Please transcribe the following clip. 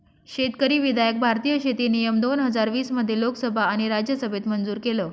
शेतकरी विधायक भारतीय शेती नियम दोन हजार वीस मध्ये लोकसभा आणि राज्यसभेत मंजूर केलं